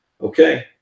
Okay